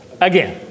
again